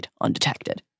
undetected